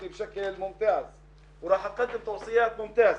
העובדים שלנו חסרי אונים,